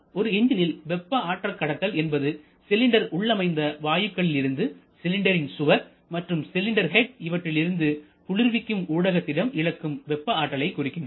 ஒரு எஞ்சினில் வெப்ப ஆற்றல் கடத்தல் என்பது சிலிண்டர் உள்ளமைந்த வாயுக்களில் இருந்து சிலிண்டரின் சுவர் மற்றும் சிலிண்டர் ஹேட் இவற்றிலிருந்து குளிர்விக்கும் ஊடகத்திடம் இழக்கும் வெப்ப ஆற்றலைக் குறிக்கிறது